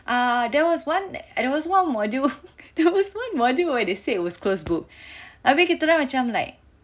uh there was one there was one module there was one module where they say it was closed book tapi kita orang macam like